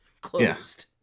closed